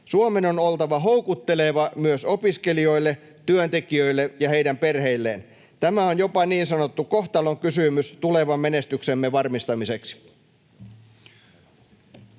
Suomen on oltava houkutteleva myös opiskelijoille, työntekijöille ja heidän perheilleen. Tämä on jopa niin sanottu kohtalon kysymys tulevan menestyksemme varmistamiseksi.